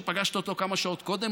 שפגשת אותו כמה שעות קודם?